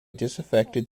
disaffected